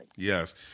Yes